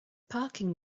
parking